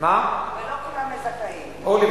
אורלי,